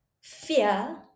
fear